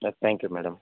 thank you madam